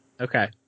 Okay